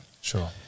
Sure